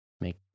make